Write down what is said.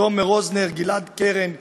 תומר רוזנר, גלעד קרן ואור.